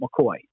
McCoy